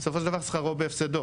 סופו של דבר שכרו בהפסדו.